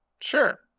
Sure